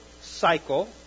cycle